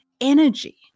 energy